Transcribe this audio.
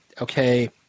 okay